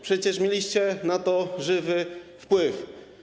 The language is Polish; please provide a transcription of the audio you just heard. Przecież mieliście na to żywy wpływ.